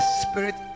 spirit